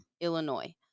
Illinois